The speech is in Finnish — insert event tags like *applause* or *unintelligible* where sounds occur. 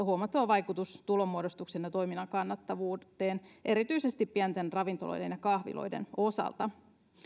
*unintelligible* huomattava vaikutus tulonmuodostukseen ja toiminnan kannattavuuteen erityisesti pienten ravintoloiden ja kahviloiden osalta